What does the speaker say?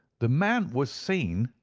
the man was seen,